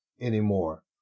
anymore